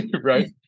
Right